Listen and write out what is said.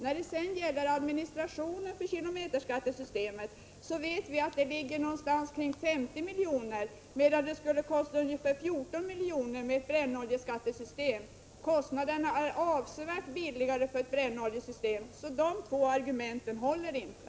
När det gäller administrationen för kilometerskattesystemet vet vi att kostnaderna ligger någonstans kring 50 milj.kr., medan det skulle kosta ungefär 14 milj.kr. med ett brännoljeskattesystem. Kostnaderna är alltså avsevärt mindre för ett brännoljeskattesystem. Dessa två argument håller inte.